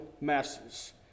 masses